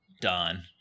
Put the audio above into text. done